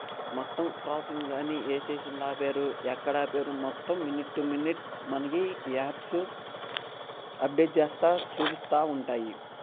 మొత్తం క్రాసింగ్ కానీ ఏ స్టేషన్లో ఆపారు ఎక్కడ ఆపారు మొత్తం మినిట్ టు మినిట్ మనకి యాప్సు అప్డేట్ చేస్తూ చూపిస్తూ ఉంటాయి